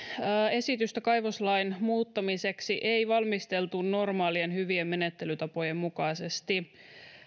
esitystä kaivoslain muuttamiseksi ei valmisteltu normaalien hyvien menettelytapojen mukaisesti